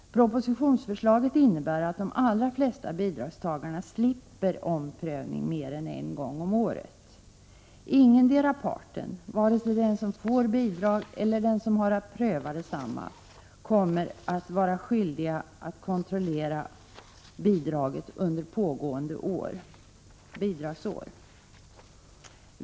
Propositionsförslaget innebär att de allra flesta bidragstagarna slipper omprövning mer än en gång om året. Ingendera parten — vare sig den som får bidrag eller den som har att pröva detsamma — kommer att vara skyldig att kontrollera bidraget under pågående bidragsår.